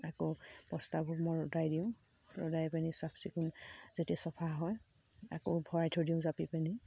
আকৌ বস্তাবোৰ মই ৰ'দাই দিওঁ ৰ'দাই পিনি চাফ চিকুণ যেতিয়া চফা হয় আকৌ ভৰাই থৈ দিওঁ জাপি পিনি